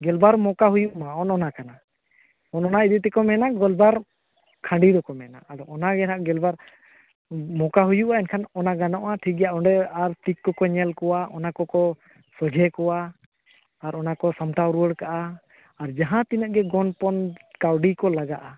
ᱜᱮᱞᱵᱟᱨ ᱢᱚᱠᱟ ᱦᱩᱭᱩᱜ ᱢᱟ ᱚᱱᱮ ᱚᱱᱟ ᱠᱟᱱᱟ ᱚᱱᱮ ᱚᱱᱟ ᱤᱭᱟᱹ ᱛᱮᱠᱚ ᱢᱮᱱᱟ ᱜᱮᱞᱵᱟᱨ ᱠᱷᱟᱸᱰᱤ ᱫᱚᱠᱚ ᱢᱮᱱᱟ ᱟᱫᱚ ᱚᱱᱟᱜᱮ ᱱᱟᱦᱟᱜ ᱜᱮᱞᱵᱟᱨ ᱢᱚᱠᱟ ᱦᱩᱭᱩᱜᱼᱟ ᱮᱱᱠᱷᱟᱱ ᱚᱱᱟ ᱜᱟᱱᱚᱜᱼᱟ ᱴᱷᱤᱠᱜᱮᱭᱟ ᱚᱸᱰᱮ ᱟᱨ ᱛᱤᱠ ᱠᱚ ᱠᱚ ᱧᱮᱞ ᱠᱚᱣᱟ ᱚᱱᱟ ᱠᱚ ᱠᱚ ᱥᱚᱡᱦᱮ ᱠᱚᱣᱟ ᱟᱨ ᱚᱱᱟᱠᱚᱭ ᱥᱟᱢᱴᱟᱣ ᱨᱩᱣᱟᱹᱲ ᱠᱟᱜᱼᱟ ᱟᱨ ᱡᱟᱦᱟᱸ ᱛᱤᱱᱟᱹᱜ ᱜᱮ ᱜᱚᱱᱯᱚᱱ ᱠᱟᱹᱣᱰᱤᱠᱚ ᱞᱟᱜᱟᱜᱼᱟ